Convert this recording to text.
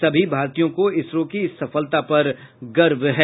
सभी भारतीयों को इसरो की इस सफलता पर गर्व है